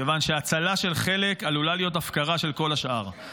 -- כיוון שהצלה של חלק עלולה להיות הפקרה של כל השאר.